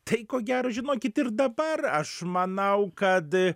tai ko gero žinokit ir dabar aš manau kad